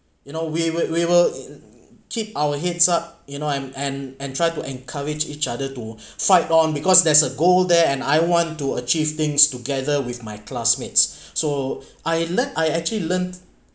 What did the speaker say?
you know we will we will keep our heads up you know and and and try to encourage each other to fight on because there's a goal there and I want to achieve things together with my classmates so I learned I actually learned